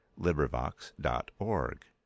LibriVox.org